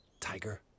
tiger